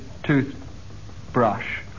toothbrush